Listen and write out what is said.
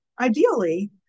ideally